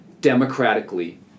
democratically